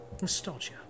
nostalgia